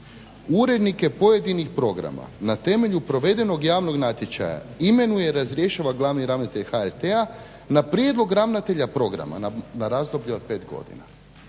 "urednike pojedinih programa na temelju provedenog javnog natječaja imenuje i razrješuje glavni ravnatelj HRT-a na prijedlog ravnatelja programa na razdoblje od pet godina".